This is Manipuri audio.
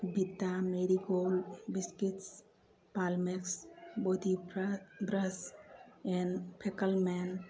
ꯕ꯭ꯔꯤꯇꯥ ꯃꯦꯔꯤꯒꯣꯜ ꯕꯤꯁꯀꯤꯠꯁ ꯕꯥꯜꯃꯦꯛꯁ ꯕꯣꯗꯤ ꯕ꯭ꯔꯁ ꯑꯦꯟ ꯐꯦꯀꯜꯃꯦꯟ